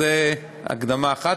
זו הקדמה אחת.